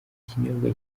kinyobwa